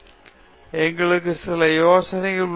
பேராசிரியர் பிரதாப் ஹரிதாஸ் எங்களுக்கு சில யோசனைகள் உள்ளன